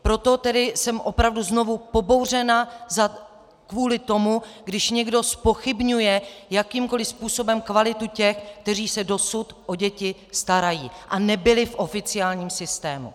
Proto jsem opravdu znovu pobouřena kvůli tomu, když někdo zpochybňuje jakýmkoli způsobem kvalitu těch, kteří se dosud o děti starají a nebyli v oficiálním systému.